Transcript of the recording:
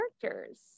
characters